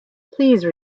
please